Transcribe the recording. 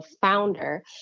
founder